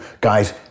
guys